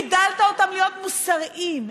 גידלת אותם להיות מוסריים,